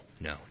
No